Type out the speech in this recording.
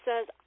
says